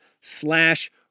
slash